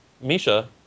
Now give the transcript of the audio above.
Misha